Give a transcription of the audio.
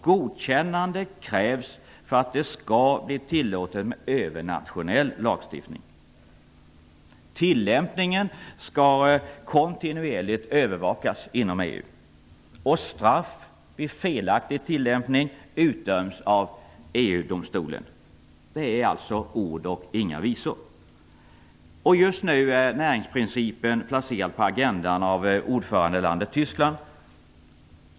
Godkännande krävs för att det skall bli tillåtet med övernationell lagstiftning. Tillämpningen skall kontinuerligt övervakas inom EU. Vid felaktig tillämpning utdöms straff av EU-domstolen. Det är alltså ord och inga visor. Just nu är närhetsprincipen placerad på agendan av ordförandelandet Tyskland.